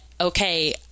okay